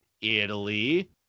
italy